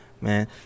man